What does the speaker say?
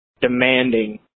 demanding